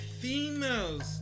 females